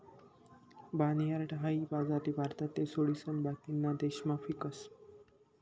barnyard हाई बाजरी भारतले सोडिसन बाकीना देशमा पीकस